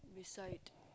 beside